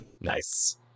Nice